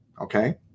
Okay